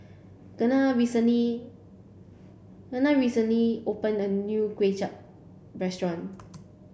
Kenna recently Kenna recently opened a new Kway Chap Restaurant